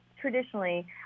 traditionally